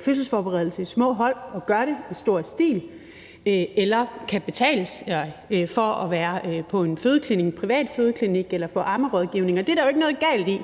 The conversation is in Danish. fødselsforberedelse i små hold og i stor stil gør det, eller de kan betale sig fra at være på en privat fødeklinik eller få ammerådgivning, og det er der jo ikke noget galt i.